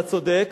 אתה צודק,